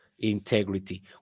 integrity